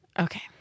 Okay